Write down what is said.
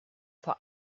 vor